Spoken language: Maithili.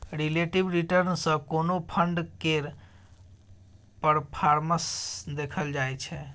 रिलेटिब रिटर्न सँ कोनो फंड केर परफॉर्मेस देखल जाइ छै